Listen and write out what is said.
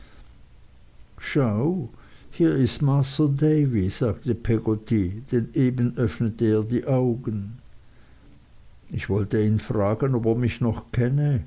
schau hier ist master davy sagte peggotty denn eben öffnete er die augen ich wollte ihn fragen ob er mich noch kenne